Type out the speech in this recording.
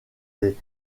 les